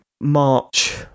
march